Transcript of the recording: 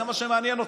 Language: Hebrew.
זה מה שמעניין אתכם,